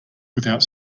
without